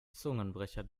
zungenbrecher